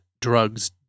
drugs